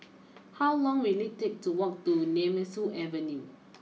how long will it take to walk to Nemesu Avenue